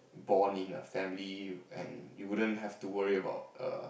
born in a family and you wouldn't have to worry about err